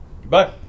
goodbye